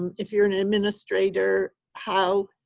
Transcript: um if you're an administrator, how